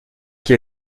qui